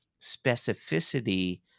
specificity